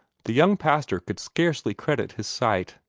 the young pastor could scarcely credit his sight.